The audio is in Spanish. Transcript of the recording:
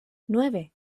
nueve